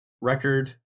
record